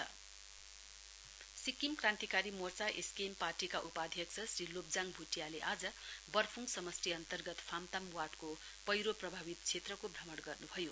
SKM Sikkim Krantikari Morcha SKM पार्टीका उपाध्यक्ष श्री लोब्जाङ भुटियाले आज बर्फुङ समष्टि अन्तर्गत फामताम वार्डको पैह्रो प्रभावित क्षेत्रको भ्रमण गर्नु भयो